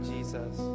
Jesus